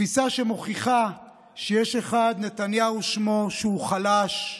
תפיסה שמוכיחה שיש אחד, נתניהו שמו, שהוא חלש,